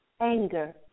anger